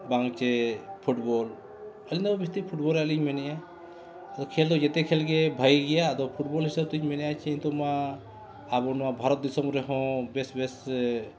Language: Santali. ᱵᱟᱝ ᱪᱮᱫ ᱯᱷᱩᱴᱵᱚᱞ ᱟᱹᱞᱤᱧ ᱫᱚ ᱵᱤᱥᱛᱤ ᱯᱷᱩᱴᱵᱚᱞ ᱨᱮᱱᱟᱜ ᱞᱤᱧ ᱢᱮᱱᱮᱜᱼᱟ ᱟᱫᱚ ᱠᱷᱮᱞ ᱫᱚ ᱡᱷᱚᱛᱚ ᱠᱷᱮᱞ ᱜᱮ ᱵᱷᱟᱹᱜᱤ ᱜᱮᱭᱟ ᱟᱫᱚ ᱯᱷᱩᱴᱵᱚᱞ ᱦᱤᱥᱟᱹᱵᱽ ᱛᱤᱧ ᱢᱮᱱᱮᱜᱼᱟ ᱥᱮ ᱱᱤᱛᱳᱜᱢᱟ ᱟᱵᱚ ᱱᱚᱣᱟ ᱵᱷᱟᱨᱚᱛ ᱫᱤᱥᱚᱢ ᱨᱮᱦᱚᱸ ᱵᱮᱥ ᱵᱮᱥ